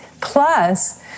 plus